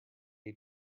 you